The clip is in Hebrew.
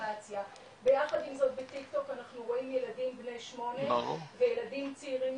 באפליקציה ויחד עם זאת בטיקטוק אנחנו רואים ילדים בני 8 וילדים צעירים